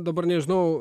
dabar nežinau